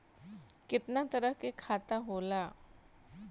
केतना तरह के खाता होला?